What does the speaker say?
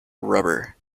rubber